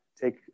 Take